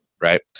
right